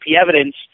evidence